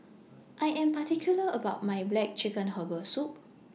I Am particular about My Black Chicken Herbal Soup